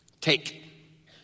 take